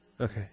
Okay